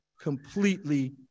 completely